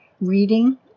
reading